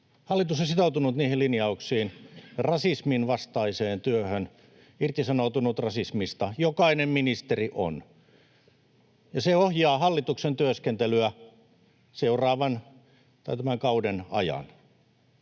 Hallitus on sitoutunut niihin linjauksiin, rasismin vastaiseen työhön, irtisanoutunut rasismista — jokainen ministeri on —, ja se ohjaa hallituksen työskentelyä tämän kauden ajan,